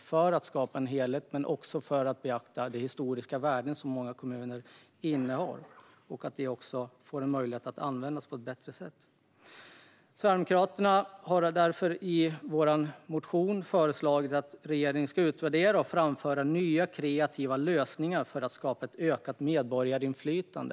Det handlar om att skapa en helhet men också om att beakta de historiska värden som många kommuner innehar så att man får en möjlighet att använda dessa på ett bättre sätt. Vi sverigedemokrater har därför i vår motion föreslagit att regeringen ska utvärdera och framföra nya kreativa lösningar för att skapa ett ökat medborgarinflytande.